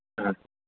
हा